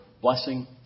blessing